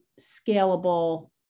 scalable